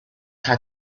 had